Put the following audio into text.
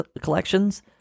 collections